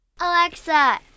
Alexa